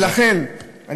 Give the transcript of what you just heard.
ולכן, תודה.